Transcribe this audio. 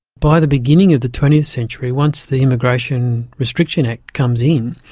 by the beginning of the twentieth century, once the immigration restriction act comes in,